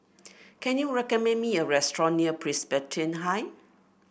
can you recommend me a restaurant near Presbyterian High